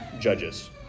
judges